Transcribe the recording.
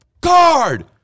Card